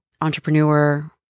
entrepreneur